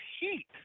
heat